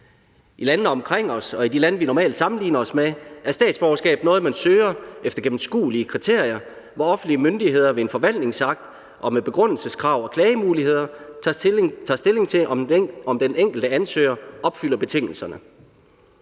I landene omkring os og i de lande, vi normalt sammenligner os med, er statsborgerskab noget, man søger efter gennemskuelige kriterier, hvor offentlige myndigheder ved en forvaltningsakt og med begrundelseskrav og klagemuligheder tager stilling til, om den enkelte ansøger opfylder betingelserne.